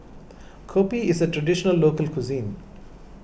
Kopi is a Traditional Local Cuisine